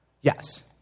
Yes